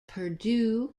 purdue